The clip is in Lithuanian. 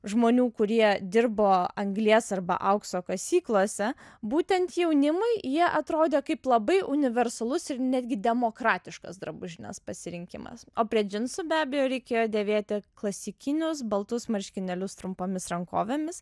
žmonių kurie dirbo anglies arba aukso kasyklose būtent jaunimui jie atrodė kaip labai universalus ir netgi demokratiškas drabužinės pasirinkimas o prie džinsų be abejo reikėjo dėvėti klasikinius baltus marškinėlius trumpomis rankovėmis